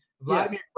Vladimir